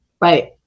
right